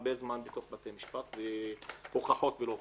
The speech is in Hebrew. הרבה זמן בבתי משפט והוכחות ולא הוכחות.